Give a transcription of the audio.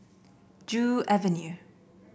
Joo Avenue